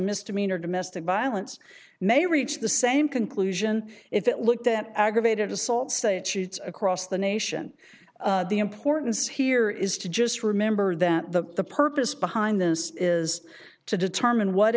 misdemeanor domestic violence may reach the same conclusion if it looked at aggravated assault so it shoots across the nation the importance here is to just remember that the purpose behind those is to determine what